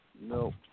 no